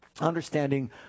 Understanding